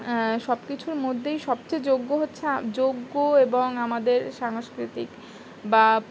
সব কিছুর মধ্যেই সবচেয়ে যোগ্য হচ্ছে যোগ্য এবং আমাদের সাংস্কৃতিক বা